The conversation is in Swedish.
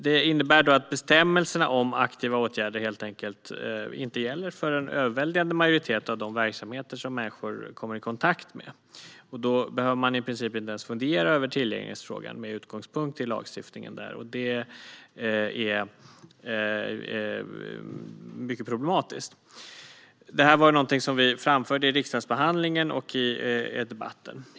Det innebär att bestämmelserna om aktiva åtgärder inte gäller för en överväldigande majoritet av de verksamheter som människor kommer i kontakt med. Där behöver man i princip inte ens fundera över tillgänglighetsfrågan med utgångspunkt i lagstiftningen. Det är mycket problematiskt. Detta framförde vi i riksdagsbehandlingen och debatten.